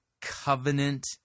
covenant